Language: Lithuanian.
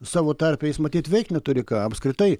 savo tarpe jis matyt veikt neturi ką apskritai